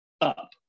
up